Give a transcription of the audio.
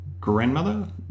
grandmother